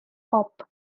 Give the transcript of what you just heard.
hop